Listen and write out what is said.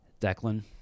Declan